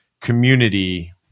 community